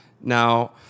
Now